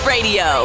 Radio